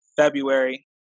February